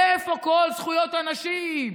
איפה כל זכויות הנשים?